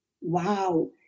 Wow